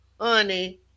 honey